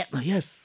Yes